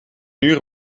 uur